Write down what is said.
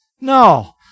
No